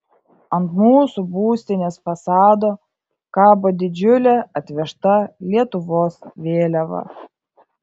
ant mūsų būstinės fasado kabo didžiulė atvežta lietuvos vėliava